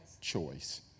choice